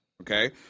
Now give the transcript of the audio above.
okay